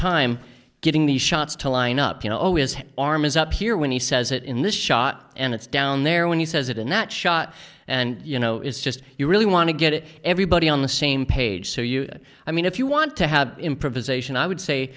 time getting the shots to line up you know always have arms up here when he says it in this shot and it's down there when he says it in that shot and you know it's just you really want to get everybody on the same page so you i mean if you want to have improvisation i would say